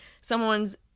someone's